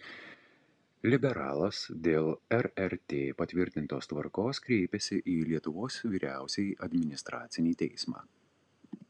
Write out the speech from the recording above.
liberalas dėl rrt patvirtintos tvarkos kreipėsi į lietuvos vyriausiąjį administracinį teismą